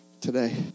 today